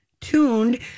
tuned